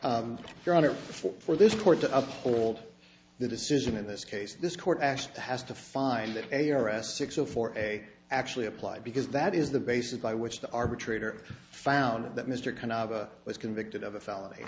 for for this court to uphold the decision in this case this court actually has to find a r s six zero for a actually apply because that is the basis by which the arbitrator found that mr cannava was convicted of a felony